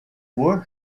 кво